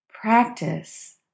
practice